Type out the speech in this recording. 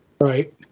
right